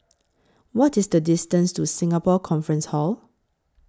What IS The distance to Singapore Conference Hall